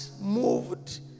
moved